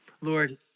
Lord